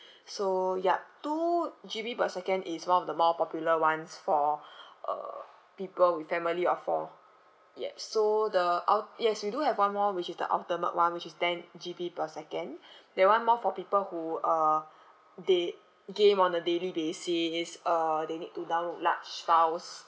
so yup two G_B per second is one of the more popular ones for uh people with family of four yes so the ult~ yes we do have one more which is the ultimate one which is ten G_B per second that [one] more for people who uh they game on a daily basis uh they need to download large files